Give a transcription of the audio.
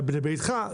בנה ביתך,